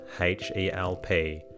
H-E-L-P